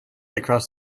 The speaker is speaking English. across